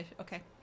okay